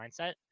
mindset